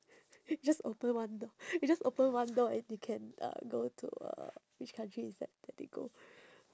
just open one do~ you just open one door and you can uh go to uh which country you decided to go